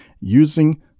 using